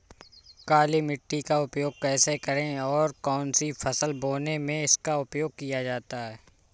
काली मिट्टी का उपयोग कैसे करें और कौन सी फसल बोने में इसका उपयोग किया जाता है?